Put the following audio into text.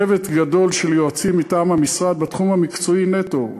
צוות גדול של יועצים מטעם המשרד בתחום המקצועי נטו,